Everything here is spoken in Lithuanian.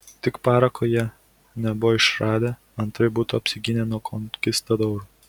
tik parako jie nebuvo išradę antraip būtų apsigynę nuo konkistadorų